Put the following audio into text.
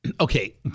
Okay